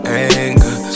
anger